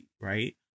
right